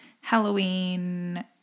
Halloween